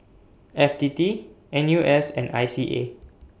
F T T N U S and I C A